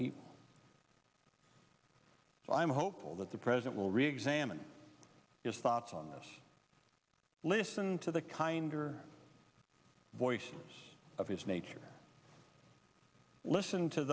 people so i'm hopeful that the president will reexamined his thoughts on this listen to the kinder voice of his nature listen to